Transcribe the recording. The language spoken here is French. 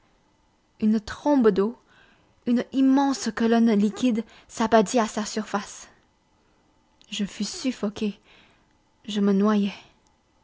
une trombe d'eau une immense colonne liquide s'abattit à sa surface je fus suffoqué je me noyais